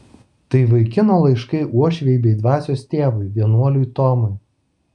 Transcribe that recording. tai vaikino laiškai uošvei bei dvasios tėvui vienuoliui tomui